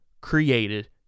created